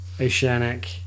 Oceanic